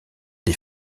des